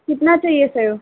कितना चाहिए सेब